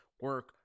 Work